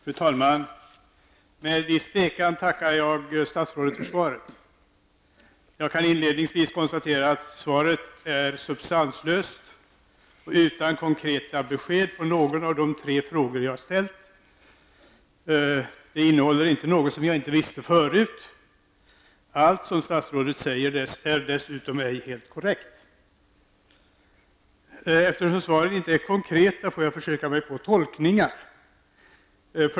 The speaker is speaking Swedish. Fru talman! Med viss tvekan tackar jag statsrådet för svaret. Jag kan inledningsvis konstatera att svaret är substanslöst och utan konkreta besked på någon av de frågor jag ställt. Det innehåller inte något som jag inte visste förut. Allt som statsrådet säger är dessutom ej helt korrekt. Eftersom svaren inte är konkreta, får jag försöka mig på tolkningar.